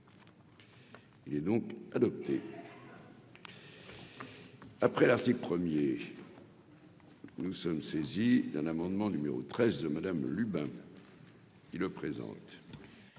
Il est donc adopté après l'article 1er nous sommes saisis d'un amendement numéro 13 de Madame Lubin, il le présente.